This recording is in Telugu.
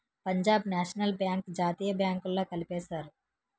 పంజాబ్ నేషనల్ బ్యాంక్ జాతీయ బ్యాంకుల్లో కలిపేశారు